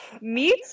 meat